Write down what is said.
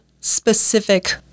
specific